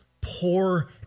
poor